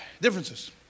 differences